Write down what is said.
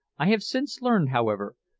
i have since learned, however,